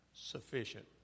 sufficient